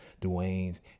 Dwayne's